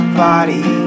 body